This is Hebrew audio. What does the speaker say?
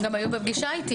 הם גם היו בפגישה איתי.